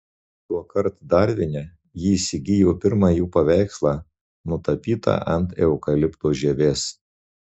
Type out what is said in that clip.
tuokart darvine ji įsigijo pirmą jų paveikslą nutapytą ant eukalipto žievės